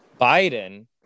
Biden